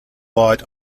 light